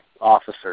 officer